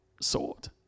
sword